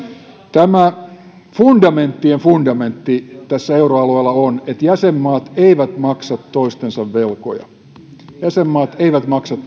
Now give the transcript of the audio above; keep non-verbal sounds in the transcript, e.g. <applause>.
tämä fundamenttien fundamentti euroalueella on että jäsenmaat eivät maksa toistensa velkoja jäsenmaat eivät maksa <unintelligible>